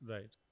Right